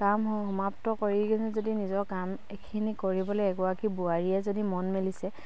কাম সমাপ্ত কৰি কিনে যদি নিজৰ কাম এইখিনি কৰিবলে এগৰাকী বোৱাৰীয়ে যদি মন মেলিছে